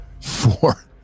Four